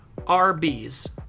RBs